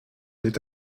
n’est